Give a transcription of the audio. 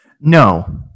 No